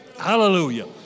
Hallelujah